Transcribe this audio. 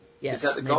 yes